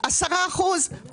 10 אחוזים,